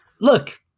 look